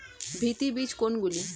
ভিত্তি বীজ কোনগুলি?